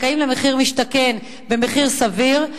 וזכאים למחיר משתכן במחיר סביר,